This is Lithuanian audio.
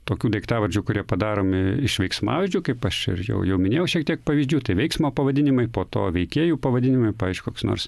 tokių daiktavardžių kurie padaromi iš veiksmažodžių kaip aš ir jau jau minėjau šiek tiek pavydžiu tai veiksmo pavadinimai po to veikėjų pavadinimai pavyzdžiui koks nors